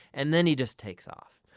and then he just takes off.